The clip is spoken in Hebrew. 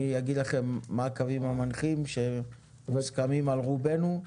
אני אגיד לכם מה הקווים המנחים שמוסכמים על רובנו.